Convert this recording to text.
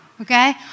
okay